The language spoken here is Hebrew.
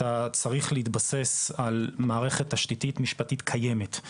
צריך להתבסס על מערכת תשתיתית משפטית קיימת.